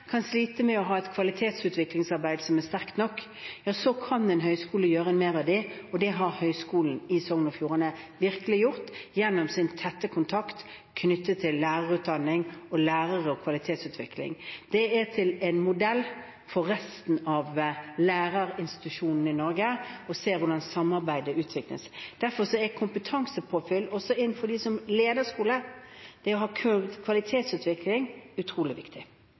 kan slite med å ha et kvalitetsutviklingsarbeid som er sterkt nok, kan en høyskole gjøre mer av det, og det har Høgskulen i Sogn og Fjordane virkelig gjort gjennom sin tette kontakt knyttet til lærerutdanning, lærere og kvalitetsutvikling. Det er en modell for resten av læreinstitusjonene i Norge, å se hvordan samarbeidet utvikles. Derfor er kompetansepåfyll også for dem som leder skolen, det å ha kvalitetsutvikling, utrolig viktig.